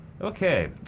Okay